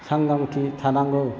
सांग्रांथि थानांगौ